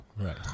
right